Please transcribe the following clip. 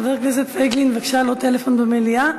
חבר הכנסת פייגלין, בבקשה, לא לדבר בטלפון במליאה.